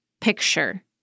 picture